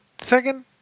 Second